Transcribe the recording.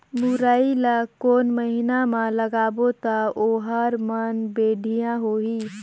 मुरई ला कोन महीना मा लगाबो ता ओहार मान बेडिया होही?